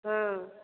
ହଁ